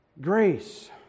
grace